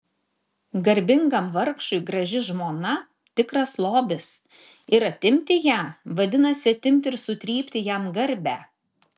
garbingam vargšui graži žmona tikras lobis ir atimti ją vadinasi atimti ir sutrypti jam garbę